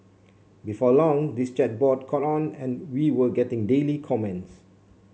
before long this chat board caught on and we were getting daily comments